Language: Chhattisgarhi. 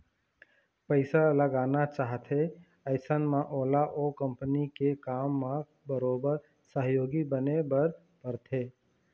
पइसा लगाना चाहथे अइसन म ओला ओ कंपनी के काम म बरोबर सहयोगी बने बर परथे